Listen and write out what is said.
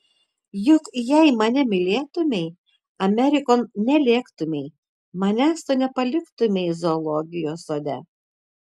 juk jei mane mylėtumei amerikon nelėktumei manęs tu nepaliktumei zoologijos sode